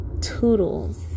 Toodles